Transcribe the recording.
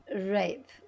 rape